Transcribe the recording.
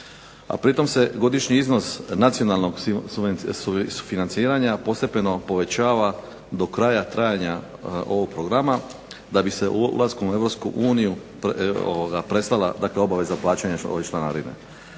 pritom se godišnji iznos nacionalnog sufinanciranja postepeno povećava do kraja trajanja ovog programa, da bi se ulaskom u Europsku uniju prestala, dakle obaveza plaćanja ove članarine.